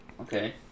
Okay